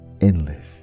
endless